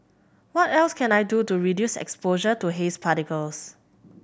what else can I do to reduce exposure to haze particles